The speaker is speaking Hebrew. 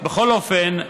בכל אופן,